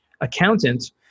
accountant